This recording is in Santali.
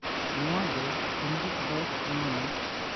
ᱱᱚᱣᱟ ᱜᱮ ᱦᱤᱱᱫᱤ ᱛᱮᱫᱚ ᱠᱚ ᱢᱮᱱᱟ